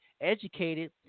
educated